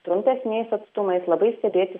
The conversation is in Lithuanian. trumpesniais atstumais labai stebėti